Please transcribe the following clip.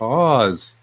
Pause